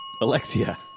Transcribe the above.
Alexia